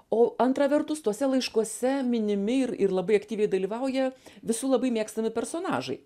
o antra vertus tuose laiškuose minimi ir ir labai aktyviai dalyvauja visų labai mėgstami personažai